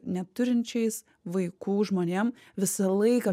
neturinčiais vaikų žmonėm visą laiką